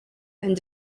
and